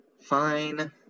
Fine